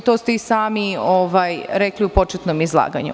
To ste i sami rekli u početnom izlaganju.